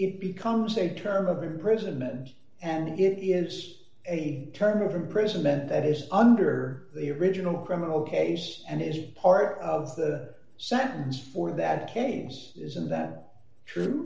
it becomes a term of imprisonment and it is a term of imprisonment that is under the original criminal case and is part of the sentence for that case isn't that true